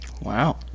Wow